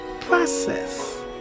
process